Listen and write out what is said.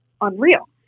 unreal